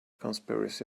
conspiracy